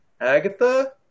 Agatha